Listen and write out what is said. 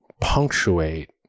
punctuate